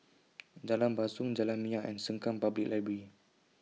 Jalan Basong Jalan Minyak and Sengkang Public Library